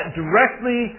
directly